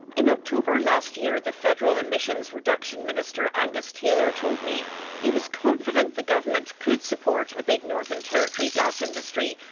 in october last year the federal emissions reduction minister, angus taylor, told me he was confident the government could support a big northern territory gas industry,